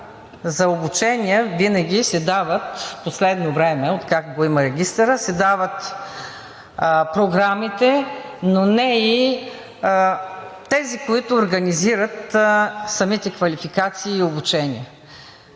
за обучение винаги се дават, в последно време, откакто го има Регистъра, програмите, но не и тези, които организират самите квалификации и обучение.